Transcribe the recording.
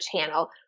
channel